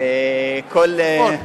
בצפון.